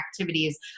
activities